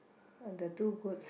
uh the two goods